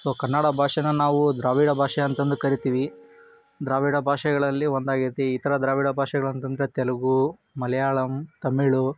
so Kannada ಭಾಷೇನ ನಾವು ದ್ರಾವಿಡ ಭಾಷೆ ಅಂತಂದು ಕರೀತೀವಿ ದ್ರಾವಿಡ ಭಾಷೆಗಳಲ್ಲಿ ಒಂದಾಗೈತಿ ಇತರ ದ್ರಾವಿಡ ಭಾಷೆಗಳು ಅಂತಂದರೆ ತೆಲುಗು ಮಲಯಾಳಮ್ ತಮಿಳ್